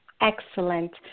Excellent